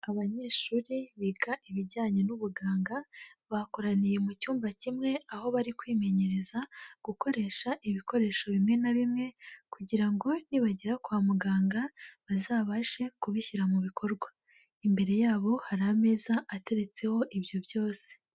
Abanyeshuri biga ibijyanye n'ubuganga, bakoraniye mu cyumba kimwe, aho bari kwimenyereza gukoresha ibikoresho bimwe na bimwe kugira ngo nibagera kwa muganga bazabashe kubishyira mu bikorwa, imbere yabo hari ameza ateretseho ibyo byose.